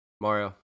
Mario